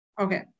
Okay